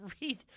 Read